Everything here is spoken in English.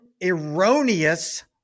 erroneous